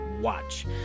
watch